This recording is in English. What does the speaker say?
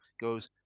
goes